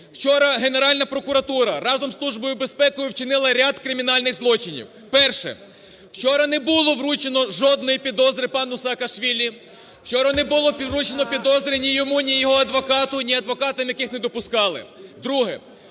вчора Генеральна прокуратура разом з Службою безпеки вчинила ряд кримінальних злочинів. Перше. Вчора не було вручено жодної підозри пану Саакашвілі. Вчора не було вручено підозри ні йому, ні його адвокату, ні адвокатам, яких не допускали. Друге.